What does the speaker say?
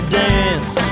dance